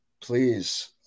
please